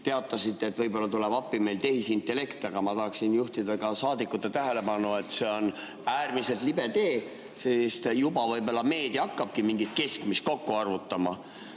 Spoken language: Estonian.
teatasite, et võib-olla tuleb meile appi tehisintellekt. Aga ma tahaksin juhtida ka saadikute tähelepanu sellele, et see on äärmiselt libe tee, sest meedia võib-olla juba hakkabki mingit keskmist kokku arvutama.